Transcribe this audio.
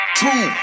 Two